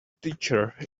teacher